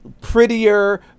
prettier